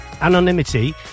Anonymity